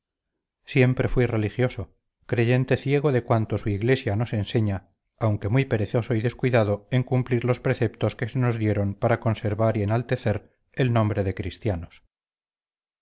siempre fuí religioso creyente ciego de cuanto su iglesia nos enseña aunque muy perezoso y descuidado en cumplir los preceptos que se nos dieron para conservar y enaltecer el nombre de cristianos